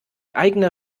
eigener